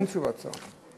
אין תשובת שר.